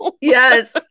yes